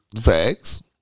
Facts